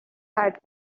third